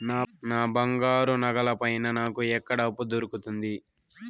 నా బంగారు నగల పైన నాకు ఎక్కడ అప్పు దొరుకుతుంది